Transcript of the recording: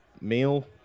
meal